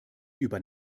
über